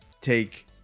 take